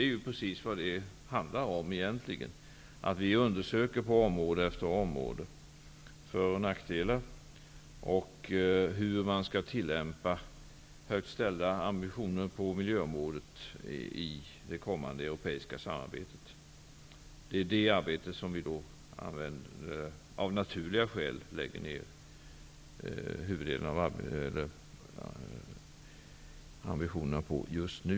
På område efter område undersöker vi för och nackdelar och hur vi skall tillämpa högt ställda ambitioner på miljöområdet i det kommande europeiska samarbetet. Det är precis vad det handlar om egentligen. Det är det arbetet som vi av naturliga skäl lägger ner huvuddelen av våra ambitioner på just nu.